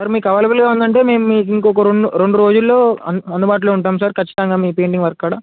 sir మీకు అవైలబుల్గా ఉందంటే మీకు ఇంకో రం రెండు రోజుల్లో అ అందుబాటులో ఉంటాం ఖచ్చితంగా మీ పెయింటింగ్ వర్క్ కాడ